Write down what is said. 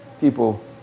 people